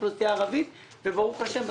אוכלוסייה ערבית וברוך השם,